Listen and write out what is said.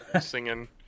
singing